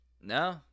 No